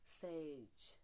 sage